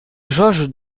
jauge